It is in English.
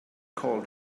called